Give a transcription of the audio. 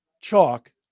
chalk